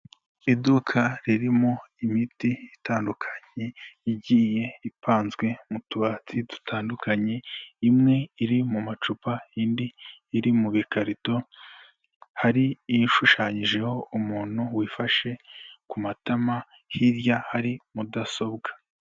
Iduka ririmo imiti itandukanye, igiye ipanzwe mu tubati dutandukanye, imwe iri mu macupa indi iri mu bikarito, hari ishushanyijeho umuntu wifashe ku matama, hirya hari mudasobwa.